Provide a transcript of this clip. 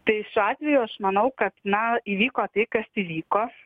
tai šiuo atveju aš manau kad na įvyko tai kas įvyko